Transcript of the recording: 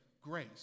grace